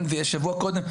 זה יהיה שבוע קודם,